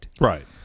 right